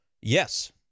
Yes